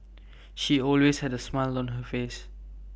she always had A smile on her face